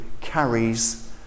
carries